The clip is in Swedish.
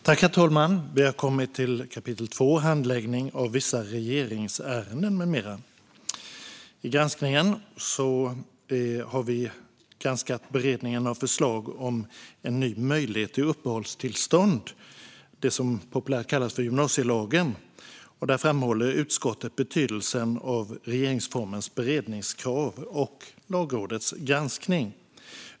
Herr talman! Vi har kommit till kapitel 2, Handläggning av vissa regeringsärenden m.m. I granskningen har vi granskat beredningen av förslag om en ny möjlighet att få uppehållstillstånd - det som populärt kallas gymnasielagen. Där "framhåller utskottet betydelsen av regeringsformens beredningskrav och Lagrådets granskning.